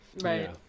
right